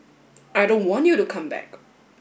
I don't want you to come back